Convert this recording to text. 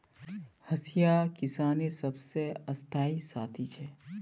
हंसिया किसानेर सबसे स्थाई साथी छे